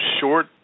short